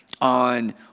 on